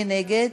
מי נגד?